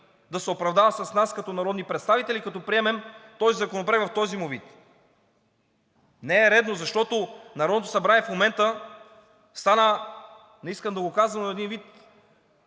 да се оправдава с нас като народни представители, като приемем този законопроект в този му вид? Не е редно, защото Народното събрание в момента стана – не искам да го казвам, но един вид